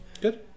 good